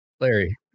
Larry